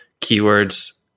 keywords